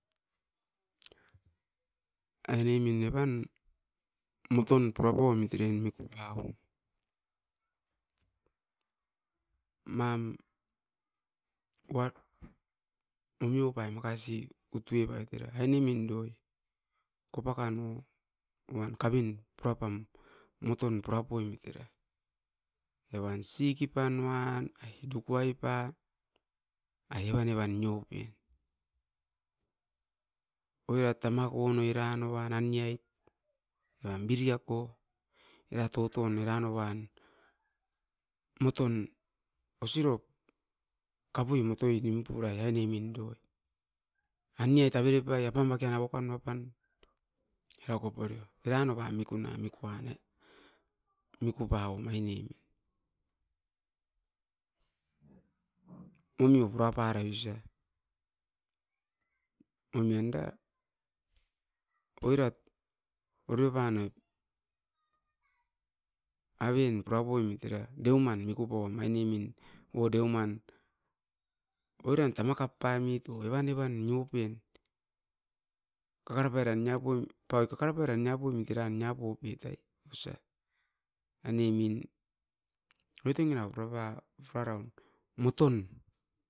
Ainemin evan moton pura pau omit erai miku pau o, mam wa dovi opaim makasi kutu evait era ainemin doi, kopa kano u uan kavin pura pam moton pura poimit era. Evan siki pan uan, ai dukuai pa, ai evan-evan nioupen, oirat tamako no eran nova nan ni ai, eram biriako, era toton eran novan moton osirop kapui motoi nim purai ainemin doi. Aniat avere pai apam aken avokan nua pan. Era koporio. Eran oupa mikuna mikuan na, miku pau om ainemin. Momio pura parai usa momion da oirat orio pan oit, avien purapoimit era deuman miku pauam ainemin o deoman. Oiran tamaka paimit o evan evan miupin, kakara pairan niakoin pai kakara pairan nia poimit era nia poupit ai, osa. Ainemin oit engera purapa, pura raun, moton.